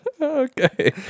okay